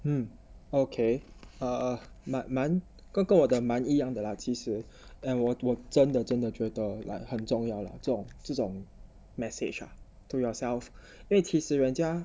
mm okay err 蛮跟跟我的蛮一样的了其实 and 我真的真的觉得很重要了这种这种 message to yourself 因为其实人家